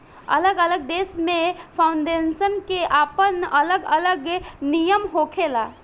अलग अलग देश में फाउंडेशन के आपन अलग अलग नियम होखेला